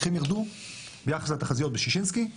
המחירים ירדו ביחס לתחזיות בשישינסקי.